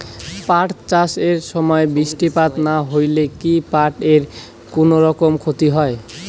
পাট চাষ এর সময় বৃষ্টিপাত না হইলে কি পাট এর কুনোরকম ক্ষতি হয়?